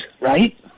right